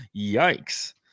Yikes